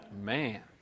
Man